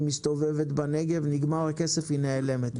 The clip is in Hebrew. היא מסתובבת בנגב וכשנגמר הכסף היא נעלמת,